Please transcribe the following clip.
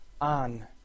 on